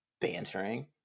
bantering